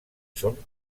són